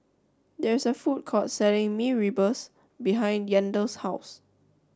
there is a food court selling Mee Rebus behind Yandel's house